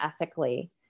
ethically